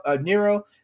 Nero